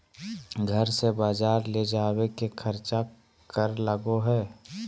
घर से बजार ले जावे के खर्चा कर लगो है?